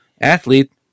athlete